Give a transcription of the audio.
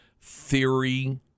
theory